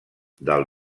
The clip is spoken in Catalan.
del